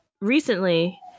recently